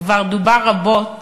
כבר דובר רבות